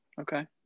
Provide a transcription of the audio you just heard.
Okay